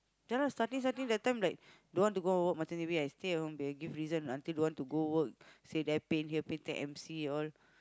ya lah starting starting that time like don't want to go work macam baby I stay at home they give reason until don't want to go work say there pain here pain take M_C all